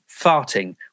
farting